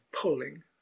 pulling